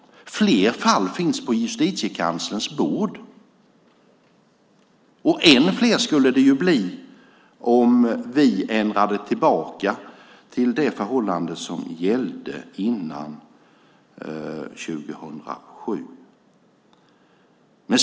Fler fall finns på Justitiekanslerns bord. Och ännu fler skulle det bli om vi ändrade tillbaka till det förhållande som gällde före 2007.